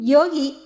Yogi